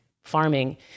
farming